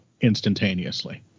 instantaneously